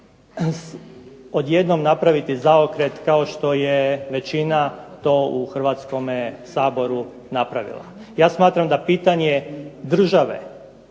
odjednom napraviti zaokret kao što je većina to u Hrvatskome saboru napravila. Ja smatram da pitanje države,